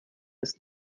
ist